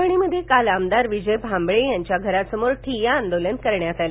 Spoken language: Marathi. परभणीमध्ये काल आमदार विजय भाम्बळे यांच्या घरासमोर ठिय्या आंदोलन करण्यात आलं